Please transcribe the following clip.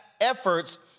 efforts